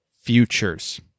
futures